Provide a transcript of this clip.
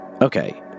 Okay